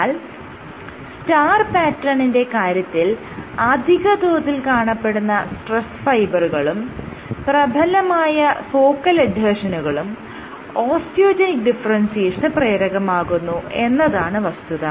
എന്നാൽ സ്റ്റാർ പാറ്റേണിന്റെ കാര്യത്തിൽ അധിക തോതിൽ കാണപ്പെടുന്ന സ്ട്രെസ്സ്ഫൈബറുകളും പ്രബലമായ ഫോക്കൽ എഡ്ഹെഷനുകളും ഓസ്റ്റിയോജെനിക് ഡിഫറെൻസിയേഷന് പ്രേരകമാകുന്നു എന്നതാണ് വസ്തുത